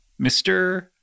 Mr